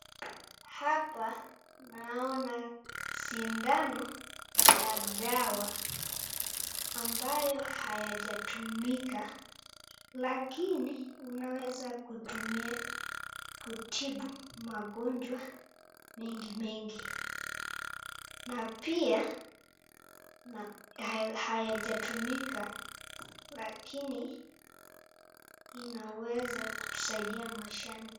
Hapa naona sindano na dawa amabayo hayajatumika lakini unaweza kutumia kutibu magonjwa mengi mengi na pia hayajatumika lakini inaweza kutusaidiya maishani.